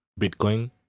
bitcoin